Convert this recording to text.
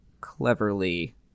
cleverly